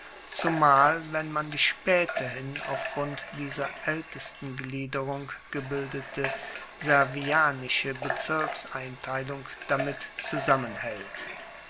zumal wenn man die spaeterhin auf grund dieser aeltesten gliederung gebildete servianische bezirkseinteilung damit zusammenhaelt